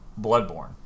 Bloodborne